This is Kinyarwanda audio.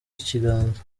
ikiganza